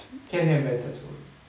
can have bad thoughts about you